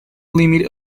limit